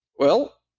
well,